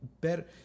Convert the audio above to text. better